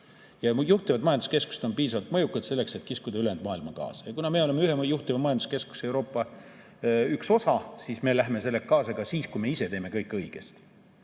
Ja juhtivad majanduskeskused on piisavalt mõjukad selleks, et kiskuda ülejäänud maailma kaasa. Kuna me oleme ühe juhtiva majanduskeskuse, Euroopa üks osa, siis me läheme sellega kaasa ka siis, kui me ise teeme kõik õigesti.